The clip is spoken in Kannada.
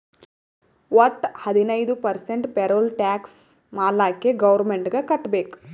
ವಟ್ಟ ಹದಿನೈದು ಪರ್ಸೆಂಟ್ ಪೇರೋಲ್ ಟ್ಯಾಕ್ಸ್ ಮಾಲ್ಲಾಕೆ ಗೌರ್ಮೆಂಟ್ಗ್ ಕಟ್ಬೇಕ್